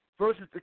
versus